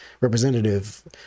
representative